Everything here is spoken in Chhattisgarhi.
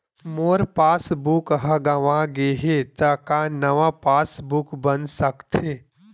मोर पासबुक ह गंवा गे हे त का नवा पास बुक बन सकथे?